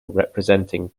representing